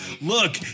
Look